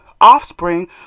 offspring